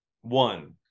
One